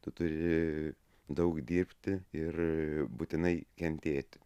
tu turi daug dirbti ir būtinai kentėti